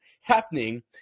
happening